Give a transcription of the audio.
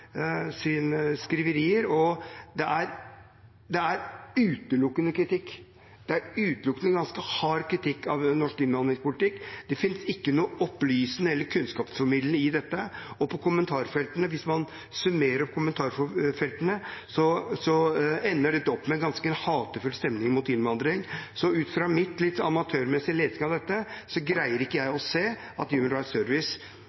Det er utelukkende kritikk – det er utelukkende ganske hard kritikk av norsk innvandringspolitikk. Det finnes ikke noe opplysende eller kunnskapsformidlende i dette, og hvis man summerer opp det som står i kommentarfeltene, ender det opp med en ganske hatefull stemning mot innvandring. Så ut fra min litt amatørmessige lesing av dette greier ikke jeg å se at Human Rights Service